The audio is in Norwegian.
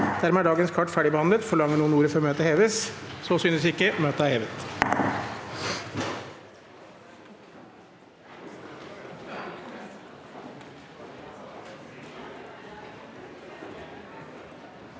dagens kart fer- digbehandlet. Forlanger noen ordet før møtet heves? – Så synes ikke, og møtet er hevet.